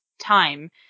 time